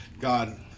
God